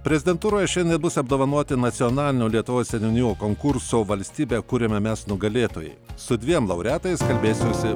prezidentūroje šiandien bus apdovanoti nacionalinio lietuvos seniūnijų konkurso valstybę kuriame mes nugalėtojai su dviem laureatais kalbėsiuosi